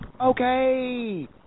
Okay